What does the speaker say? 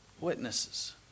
Witnesses